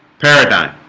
paradigm